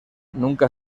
nunca